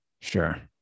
Sure